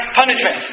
punishment